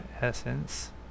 essence